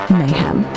mayhem